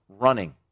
running